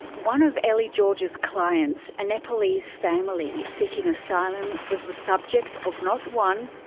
one of elee georges's clients, a nepalese family seeking asylum, was the subject of not one,